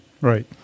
right